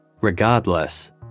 Regardless